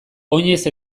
oinez